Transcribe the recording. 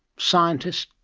scientists,